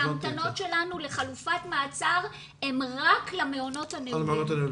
ההמתנות שלנו לחלופת מעצר הם רק למעונות הנעולים.